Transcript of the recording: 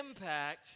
impact